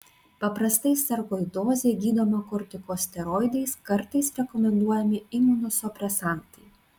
paprastai sarkoidozė gydoma kortikosteroidais kartais rekomenduojami imunosupresantai